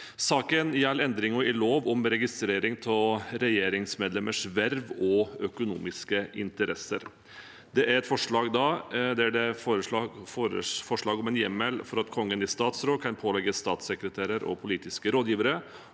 Saken gjelder endringer i lov om registrering av regjeringsmedlemmers verv og økonomiske interesser. Det foreslås en hjemmel for at Kongen i statsråd kan pålegge statssekretærer og politiske rådgivere